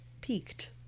Peaked